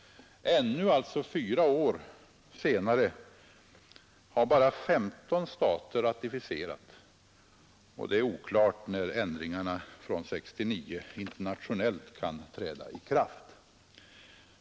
Ännu, alltså fyra år senare, har bara 15 stater ratificerat, och det är oklart när ändringarna från 1969 internationellt kan träda i kraft.